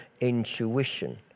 intuition